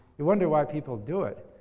you wonder why people do it.